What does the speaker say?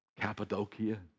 Cappadocia